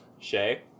Shay